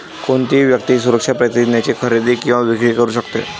कोणतीही व्यक्ती सुरक्षा प्रतिज्ञेची खरेदी किंवा विक्री करू शकते